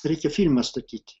reikia filmą statyti